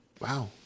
Wow